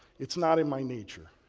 it's not in my nature.